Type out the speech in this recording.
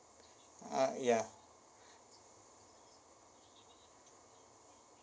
uh ya